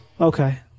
Okay